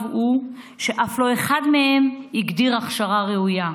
הוא שאף לא אחד מהם הגדיר הכשרה ראויה,